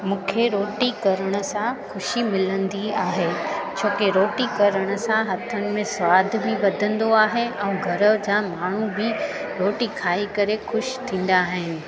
मूंखे रोटी करण सां ख़ुशी मिलंदी आहे छोकी रोटी करण सां हथनि में सवाद बि वधंदो आहे ऐं घर जा माण्हूं बि रोटी खाई करे ख़ुशि थींदा आहिनि